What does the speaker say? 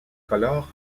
colore